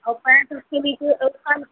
औ पैन्ट उसके नीचे उसका